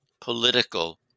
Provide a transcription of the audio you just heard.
political